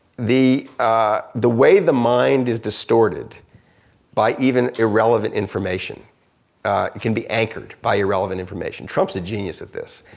the ah the way the mind is distorted by even irrelevant information it can be anchored by irrelevant information. trump's a genius at this.